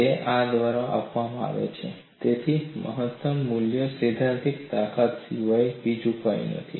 તે આ દ્વારા આપવામાં આવે છે તેથી મહત્તમ મૂલ્ય સૈદ્ધાંતિક તાકાત સિવાય બીજું કંઈ નથી